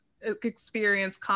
experience